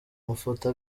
amafoto